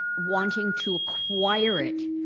wanting to acquire it